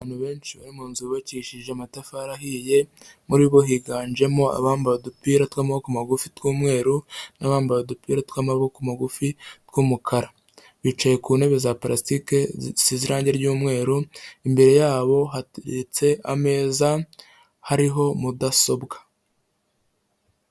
Abantu benshi bari mu nzu yubakishije amatafari ahiye, muri bo higanjemo abambaye udupira tw'amaboko magurufi tw'umweru n'abambaye udupira tw'amaboko magufi tw'umukara, bicaye ku ntebe za parasitike zisize irangi ry'umweru, imbere yabo hateretse ameza hariho mudasobwa.